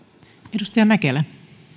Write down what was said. arvoisa